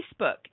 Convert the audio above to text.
Facebook